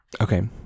Okay